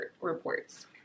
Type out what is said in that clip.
reports